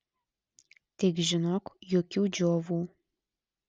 tik žinok jokių džiovų